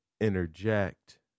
interject